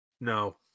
No